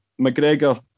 McGregor